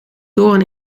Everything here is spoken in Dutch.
doorn